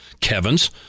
kevin's